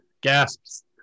gasps